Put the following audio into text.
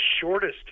shortest